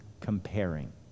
comparing